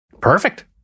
Perfect